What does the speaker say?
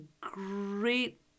great